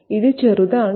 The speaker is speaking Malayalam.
ഇത് ചെറുതാണോ